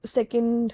Second